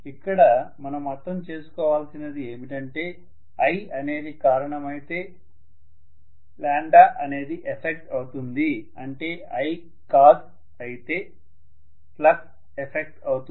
ఇక్కడ మనము అర్థం చేసుకోవాల్సింది ఏమంటే i అనేది కారణం అయితే అనేది ఎఫెక్ట్ అవుతుంది అంటే i కాస్ అయితే ఫ్లక్స్ ఎఫెక్ట్ అవుతుంది